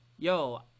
Yo